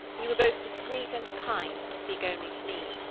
you were both discreet and kind to speak only to me.